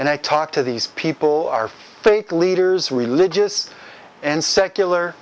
and i talk to these people are fake leaders religious and secular